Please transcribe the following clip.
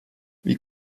wie